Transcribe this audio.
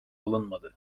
alınmadı